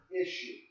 issue